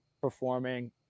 performing